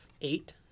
Eight